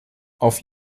auf